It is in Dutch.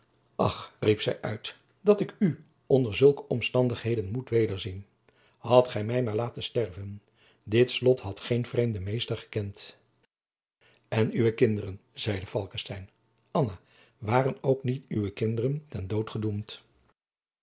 ach riep zij uit dat ik u onder zulke omstandigheden moet wederzien hadt gij mij maar laten sterven dit slot had geen vreemden meester gekend en uwe kinderen zeide falckestein anna waren ook niet uwe kinderen ten dood gedoemd